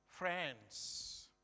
Friends